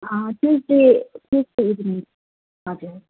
Tuesday ट्युस्डेको दिन हजुर